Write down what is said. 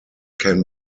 can